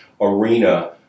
arena